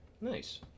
Nice